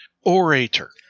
orator